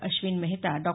Ashwin Mehta Dr